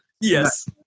yes